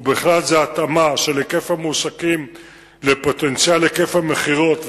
ובכלל זה התאמה של היקף המועסקים לפוטנציאל היקף המכירות,